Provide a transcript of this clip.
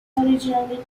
originally